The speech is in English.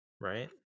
right